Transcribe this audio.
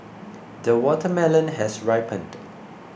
the watermelon has ripened